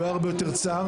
הוא היה הרבה יותר צר.